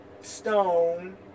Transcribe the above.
stone